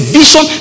vision